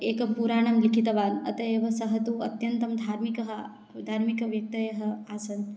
एकपुराणं लिखितवान् अतः एव सः तु अत्यन्तं धार्मिकः धार्मिकव्यक्तयः आसन्